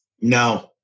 No